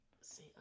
See